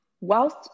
whilst